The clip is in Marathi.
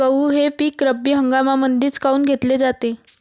गहू हे पिक रब्बी हंगामामंदीच काऊन घेतले जाते?